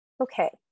Okay